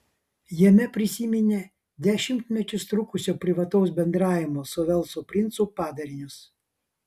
jame prisiminė dešimtmečius trukusio privataus bendravimo su velso princu padarinius